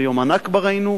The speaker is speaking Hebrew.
ביום הנכבה ראינו,